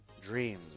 dreams